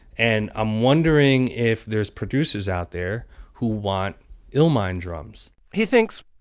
and i'm wondering if there's producers out there who want illmind drums he thinks,